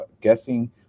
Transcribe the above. guessing